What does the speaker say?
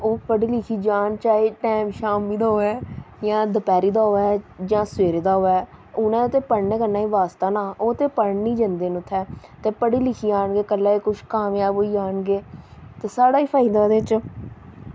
ओह् पढ़ी लिखी जान चाहे टैम शामीं दा होऐ जां दपैह्री दा होऐ जां सबैह्रे दा होऐ उ'नें ते पढ़ने कन्नै ई बास्ता ना ओह् ते पढ़न ई जंदे न उत्थें ते पढ़ी लिखी जानगे कल्ला ई कुछ कामजाब होई जानगे ते साढ़ा ई फायदा ओह्दे च